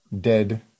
dead